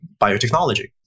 biotechnology